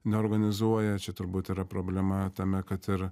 neorganizuoja čia turbūt yra problema tame kad ir